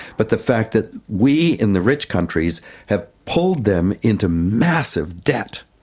but the fact that we in the rich countries have pulled them into massive debt.